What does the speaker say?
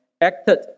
acted